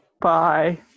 Bye